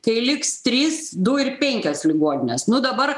kai liks trys du ir penkios ligoninės nu dabar